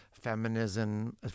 Feminism